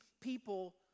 people